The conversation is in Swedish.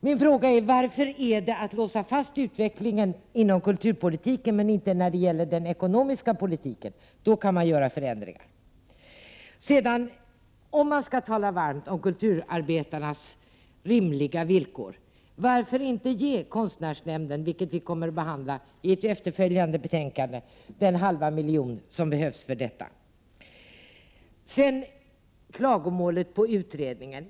Min fråga lyder: Varför är det att låsa fast utvecklingen när det gäller kulturpolitiken men inte när det gäller den ekonomiska politiken? Beträffande den senare kan man göra förändringar. Om man nu talar varmt om kulturarbetarnas rimliga villkor, kan man fråga sig varför vi inte kan ge Konstnärsnämnden — som behandlas i ett senare betänkande — den halva miljon som behövs. Sedan till klagomålet om utredningen.